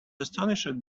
astonished